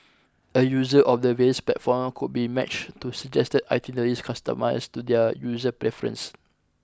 a user of the various platforms could be matched to suggested itineraries customised to their user preference